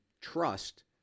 trust